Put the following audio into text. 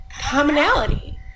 commonality